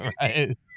Right